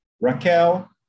Raquel